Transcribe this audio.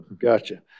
Gotcha